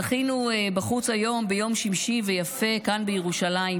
זכינו בחוץ היום ביום שמשי ויפה כאן בירושלים,